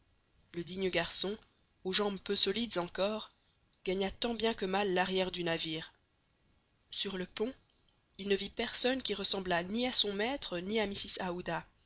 le digne garçon aux jambes peu solides encore gagna tant bien que mal l'arrière du navire sur le pont il ne vit personne qui ressemblât ni à son maître ni à